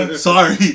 Sorry